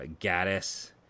Gaddis